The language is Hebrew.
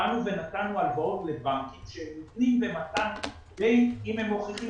באנו ונתנו הלוואות לבנקים אם הם מוכיחים